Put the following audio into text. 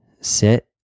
Sit